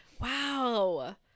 Wow